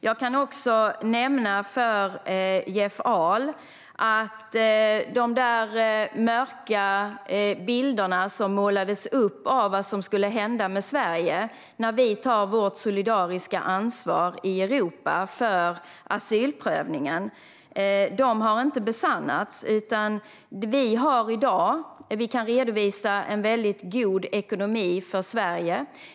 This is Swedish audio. Jag kan nämna för Jeff Ahl att de mörka bilder som målades upp av vad som skulle hända med Sverige när vi tog vårt solidariska ansvar i Europa för asylprövningen inte har besannats. Vi kan i dag redovisa en väldigt god ekonomi för Sverige.